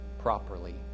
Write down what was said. properly